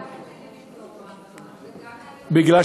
נכון לעכשיו רשות הטבע והגנים גם מתעלמת מהוראתך וגם מהיועץ המשפטי,